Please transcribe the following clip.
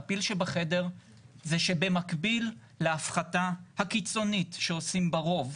והפיל שבחדר זה שבמקביל להפחתה הקיצונית שעושים ברוב,